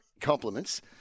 Compliments